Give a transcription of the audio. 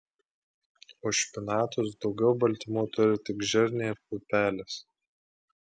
už špinatus daugiau baltymų turi tik žirniai ir pupelės